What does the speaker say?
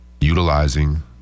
utilizing